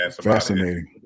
Fascinating